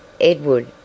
Edward